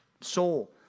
soul